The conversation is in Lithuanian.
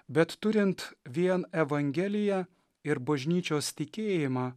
bet turint vien evangeliją ir bažnyčios tikėjimą